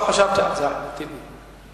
לא חשבתי על זה, אחמד טיבי.